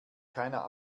keiner